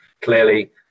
clearly